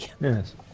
Yes